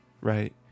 right